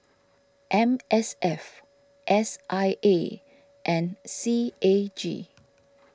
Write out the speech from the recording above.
M S F S I A and C A G